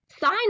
Sign